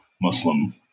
Muslim